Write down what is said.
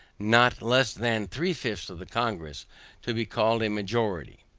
not less than three fifths of the congress to be called a majority.